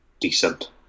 Decent